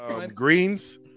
Greens